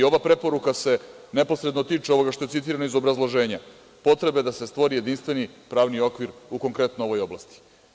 Ova preporuka se neposredno tiče ovoga što je citirano iz obrazloženja, potrebe da se stvori jedinstveni pravni okvir u konkretno ovoj oblasti.